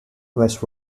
west